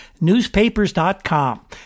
newspapers.com